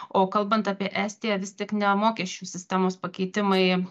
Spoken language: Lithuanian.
o kalbant apie estiją vis tik ne mokesčių sistemos pakeitimai